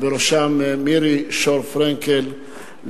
ובראשו מירי שור-פרנקל,